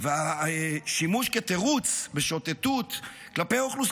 והשימוש כתירוץ בשוטטות כלפי אוכלוסייה,